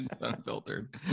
Unfiltered